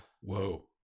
Whoa